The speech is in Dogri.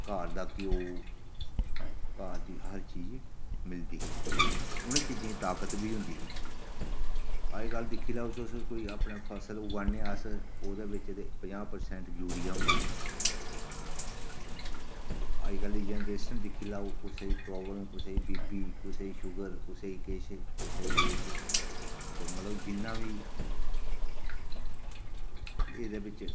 घर दा घ्यो घर दी हर चीज मिलदी ही ते उ'नें चीजें गी ताकत बी होंदी ही अज्ज कल दिक्खी लैओ कोई फसल उगाने आं अस ओह्दे बिच्च ते पजांह् परसैंट ते यूरिया होंदा ऐ ते अज्ज कल दी जनरेशन दिक्खी लैओ कुसै गी प्राब्लम कुसे गी बी पी कुसै गी शूगर कुसै गी किश कुसै गी किश ते मतलब जिन्ना बी एह्दे बिच्च